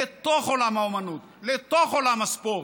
לתוך עולם האומנות, לתוך עולם הספורט.